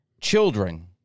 Children